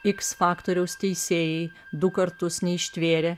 x faktoriaus teisėjai du kartus neištvėrė